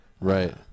right